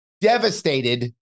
devastated